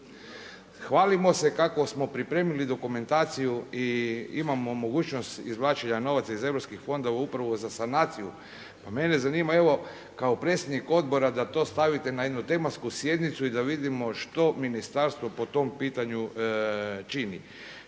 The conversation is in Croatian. Hvalimo se kako smo pripremili dokumentaciju i imamo mogućnost izvlačenja novaca iz EU fondova upravo za sanaciju. Pa mene zanima evo kao predsjednik odbora da to stavite na jednu tematsku sjednicu i da vidimo što ministarstvo po tom pitanju čini.